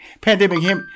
Pandemic